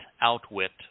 outwit